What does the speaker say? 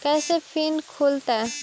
कैसे फिन खुल तय?